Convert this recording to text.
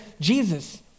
Jesus